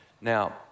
Now